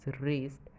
raised